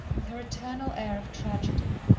with her eternal air of tragedy,